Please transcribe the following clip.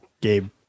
Gabe